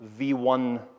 V1